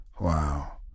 Wow